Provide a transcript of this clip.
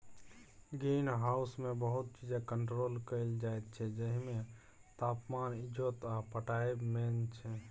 green हाउसमे बहुत चीजकेँ कंट्रोल कएल जाइत छै जाहिमे तापमान, इजोत आ पटाएब मेन छै